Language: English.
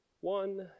one